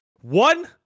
One